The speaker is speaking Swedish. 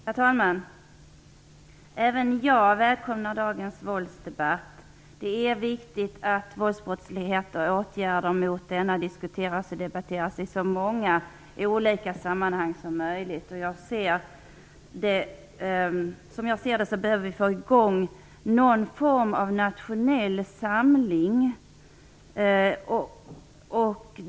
Herr talman! Även jag välkomnar dagens våldsdebatt. Det är viktigt att våldsbrottsligheten och åtgärder mot denna diskuteras och debatteras i så många olika sammanhang som möjligt. Som jag ser det behöver vi få i gång någon form av nationell samling.